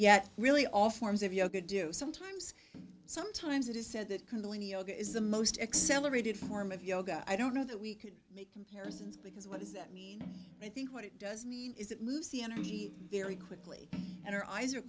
yet really all forms of yoga do sometimes sometimes it is said that can do is the most accelerated form of yoga i don't know that we could make comparisons because what does that mean i think what it does mean is it moves the energy very quickly and our eyes are